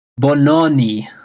Bononi